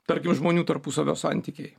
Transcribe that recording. tarkim žmonių tarpusavio santykiai